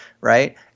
right